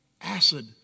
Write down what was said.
Acid